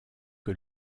que